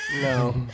No